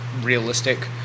realistic